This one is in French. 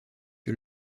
que